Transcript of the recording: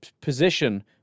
position